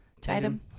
Tatum